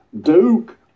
Duke